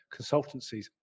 consultancies